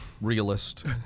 Realist